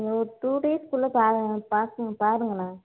ஒரு டூ டேஸ்க்கு உள்ளே பாருங்கள் பாக் பாருங்களேன்